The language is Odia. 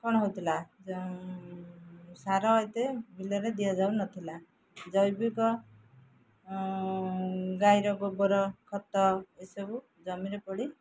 କ'ଣ ହେଉଥିଲା ସାର ଏତେ ବିଲରେ ଦିଆଯାଉନଥିଲା ଜୈବିକ ଗାଈର ଗୋବର ଖତ ଏସବୁ ଜମିରେ ପଡ଼ି